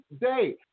day